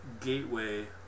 gateway